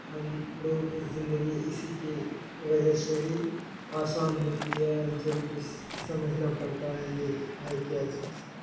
ہم لوگوں کی زندگی اسی کی وجہ سے ہی آسان ہوتی ہے ہم سبھی کو سمجھنا پڑتا ہے یہ کیا ہے کیا چیز